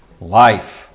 life